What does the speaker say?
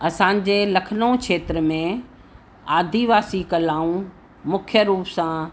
असांजे लखनऊ खेत्र में आदिवासी कलाऊं मुख्य रुप सां